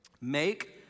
Make